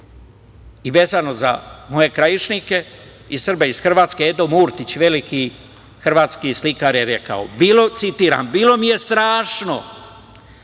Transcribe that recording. za moje krajišnike i Srbe iz Hrvatske, Edo Murtić, veliki hrvatski slikar, je rekao, citiram: „Bilo mi je strašno,